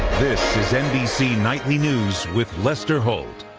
this is nbc nightly news with lester holt.